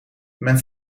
men